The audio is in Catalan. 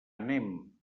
anem